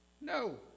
No